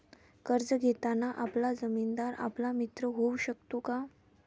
कर्ज घेताना आपला जामीनदार आपला मित्र होऊ शकतो का?